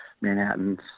Manhattans